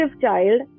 child